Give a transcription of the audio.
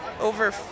over